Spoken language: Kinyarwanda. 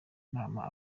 inama